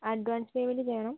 advance payment ചെയ്യണം